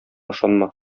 ышанма